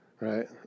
Right